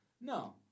no